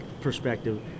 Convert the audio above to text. perspective